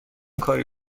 کاری